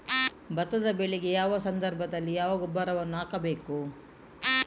ಭತ್ತದ ಬೆಳೆಗೆ ಯಾವ ಸಂದರ್ಭದಲ್ಲಿ ಯಾವ ಗೊಬ್ಬರವನ್ನು ಹಾಕಬೇಕು?